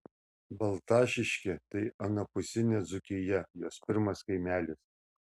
baltašiškė tai anapusinė dzūkija jos pirmas kaimelis